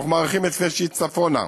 אנחנו מאריכים את כביש 6 צפונה,